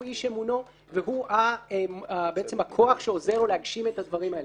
הוא איש אמונו והוא הכוח שעוזר לו להגשים את הדברים האלה.